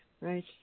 Right